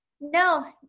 No